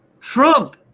Trump